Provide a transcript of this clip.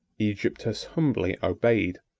egypt has humbly obeyed.